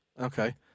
Okay